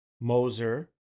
Moser